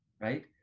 right